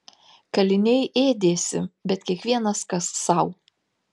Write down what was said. kaliniai ėdėsi bet kiekvienas kas sau